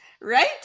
Right